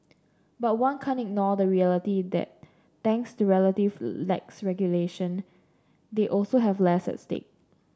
but one can't ignore the reality that thanks to relative lax regulation they also have less at stake